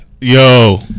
Yo